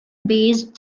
based